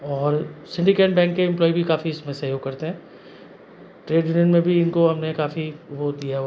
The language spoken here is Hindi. और सिंडिकेट बैंक के एम्प्लोई भी काफ़ी इसमें सहयोग करते हैं ट्रेड यनियन में भी इनको हमने काफ़ी वो दिया हुआ है